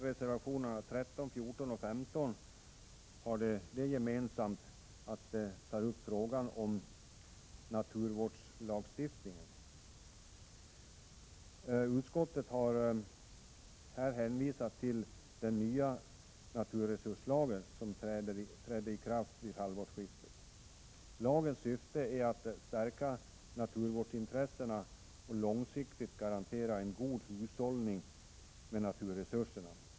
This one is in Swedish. Reservationerna 13, 14 och 15 har det gemensamt att de tar upp frågor om naturvårdslagstiftningen. Utskottet har här hänvisat till den nya naturresurslagen, som trädde i kraft vid halvårsskiftet. Lagens syfte är att stärka naturvårdsintressena och långsiktigt garantera en god hushållning med naturresurserna.